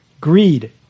greed